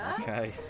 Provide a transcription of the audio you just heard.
Okay